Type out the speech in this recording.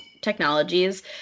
technologies